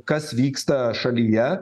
kas vyksta šalyje